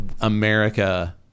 America